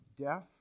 deaf